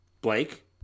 Blake